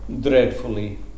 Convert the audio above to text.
dreadfully